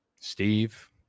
Steve